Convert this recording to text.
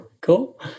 Cool